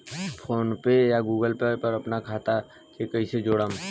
PhonePe या Google Pay पर अपना खाता के कईसे जोड़म?